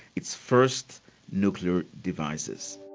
its first nuclear devices.